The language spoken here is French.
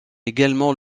également